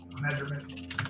measurement